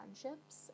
friendships